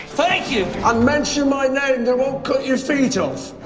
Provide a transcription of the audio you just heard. thank you. i mentioned my name they won't cut your feet off